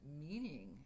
meaning